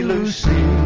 Lucy